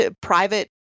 private